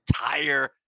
entire